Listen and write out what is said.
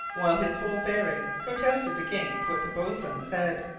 while his whole bearing protested against what the boatswain said.